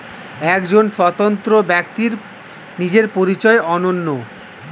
একজন স্বতন্ত্র ব্যক্তির নিজের পরিচয় অনন্য